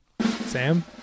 Sam